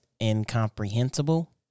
incomprehensible